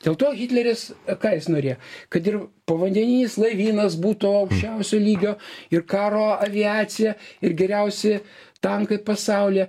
dėl to hitleris ką jis norėjo kad ir povandeninis laivynas būtų aukščiausio lygio ir karo aviacija ir geriausi tankai pasaulyje